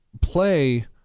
play